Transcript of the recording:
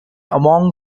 among